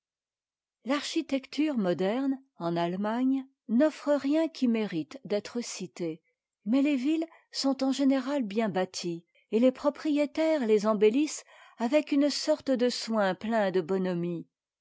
l'architecture moderne en allemagne n'offre rien qui mérite d'être cité mais les villes sont en général bien bâties et les propriétaires les embellissent avec une sorte de soin plein de bonhomie